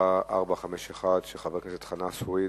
שאילתא 451 של חבר הכנסת חנא סוייד.